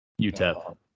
UTEP